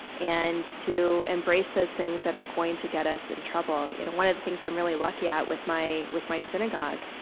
and to embrace those things that are going to get us in trouble. you know one of the things i'm really lucky at, with my with my synagogue,